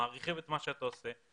אנחנו מעריכים את מה שאתה עושה,